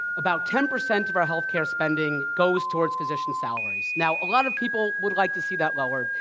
about ten percent of our healthcare spending goes towards physician salaries. now, a lot of people would like to see that lowered,